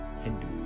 Hindu